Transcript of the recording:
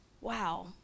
wow